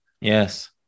Yes